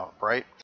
right